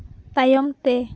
ᱛᱟᱭᱚᱢ ᱛᱮ